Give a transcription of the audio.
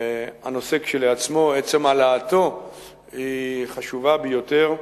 הנושא כשלעצמו, עצם העלתו היא חשובה ביותר,